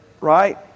right